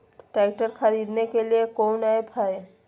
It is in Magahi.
ट्रैक्टर खरीदने के लिए कौन ऐप्स हाय?